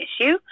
issue